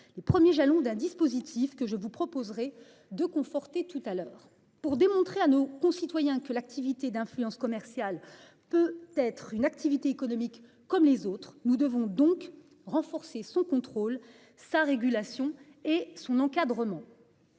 les premiers jalons d'un dispositif que je vous proposerai de conforter tout à l'heure pour démontrer à nos concitoyens que l'activité d'influence commerciale. Peut être une activité économique comme les autres, nous devons donc renforcer son contrôle sa régulation et son encadrement.